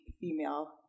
female